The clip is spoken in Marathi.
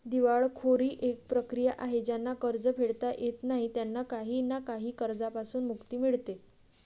दिवाळखोरी एक प्रक्रिया आहे ज्यांना कर्ज फेडता येत नाही त्यांना काही ना काही कर्जांपासून मुक्ती मिडते